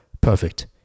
perfect